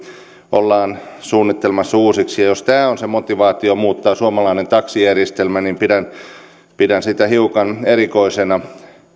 ollaan suunnittelemassa uusiksi ja jos tämä on se motivaatio muuttaa suomalaista taksijärjestelmää niin pidän sitä hiukan erikoisena